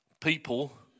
people